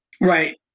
Right